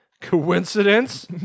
Coincidence